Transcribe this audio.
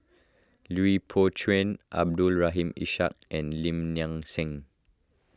Lui Pao Chuen Abdul Rahim Ishak and Lim Nang Seng